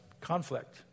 conflict